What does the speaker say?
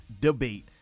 debate